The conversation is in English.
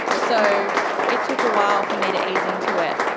so it took a while for me to ease into it.